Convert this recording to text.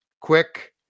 quick